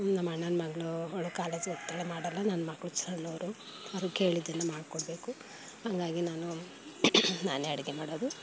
ನಮ್ಮಣ್ಣನ ಮಗಳು ಅವಳು ಕಾಲೇಜಿಗೆ ಹೋಗ್ತಾಳೆ ಮಾಡೋಲ್ಲ ನನ್ನ ಮಕ್ಕಳು ಸಣ್ಣೋರು ಅವರು ಕೇಳಿದ್ದನ್ನು ಮಾಡಿಕೊಡ್ಬೇಕು ಹಂಗಾಗಿ ನಾನು ನಾನೇ ಅಡುಗೆ ಮಾಡೋದು